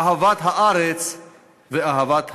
אהבת הארץ ואהבת האדם.